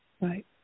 Right